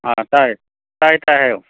ꯑꯥ ꯇꯥꯏꯌꯦ ꯇꯥꯏꯌꯦ ꯇꯥꯏꯌꯦ ꯍꯥꯏꯌꯣ